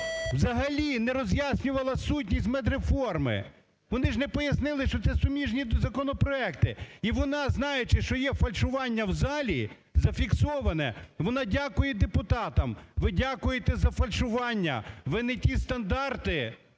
взагалі не роз'яснювала сутність медреформи. Вони ж не пояснили, що це суміжні законопроекти. І вона, знаючи, що є фальшування в залі, зафіксоване, вона дякує депутатам. Ви дякуєте за фальшування, ви не ті стандарти